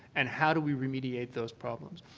and how do we remediate those problems?